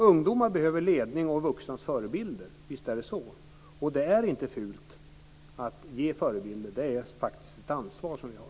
Ungdomar behöver ledning och vuxna förebilder. Visst är det så. Och det är inte fult att ge förebilder. Det är faktiskt ett ansvar som vi har.